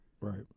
Right